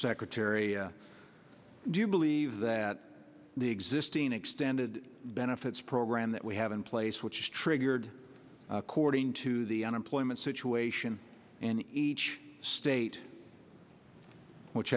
secretary do you believe that the existing extended benefits program that we have in place which triggered according to the unemployment situation in each state which